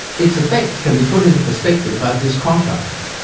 its effects can be put into perspective by this contrast.